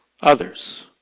others